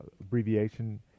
abbreviation